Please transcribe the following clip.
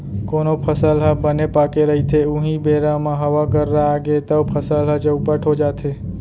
कोनो फसल ह बने पाके रहिथे उहीं बेरा म हवा गर्रा आगे तव फसल ह चउपट हो जाथे